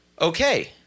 Okay